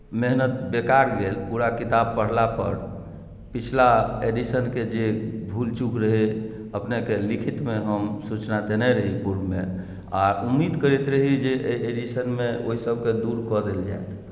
मेहनत बेकार गेल पुरा किताब पढ़ला पर पिछला एडिशन केँ जे भूल चूक रहै अपनेकेँ लिखितमे हम सूचना देने रही पूर्वमे आ उम्मीद करैत रही जे एहि एडिशन मे ओ सभकेँ दुर कऽ देल जाएत